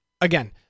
Again